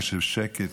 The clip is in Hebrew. כשיש שקט,